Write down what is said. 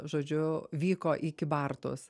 žodžiu vyko į kybartus